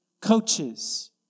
coaches